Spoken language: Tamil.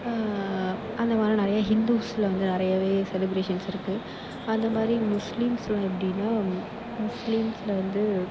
அந்தமாதிரி நிறைய ஹிந்துஸ்ல வந்து நிறையவே செலிப்ரேஷன்ஸ் இருக்குது அந்தமாதிரி முஸ்லிம்ஸில் எப்படின்னா முஸ்லிம்ஸில் வந்து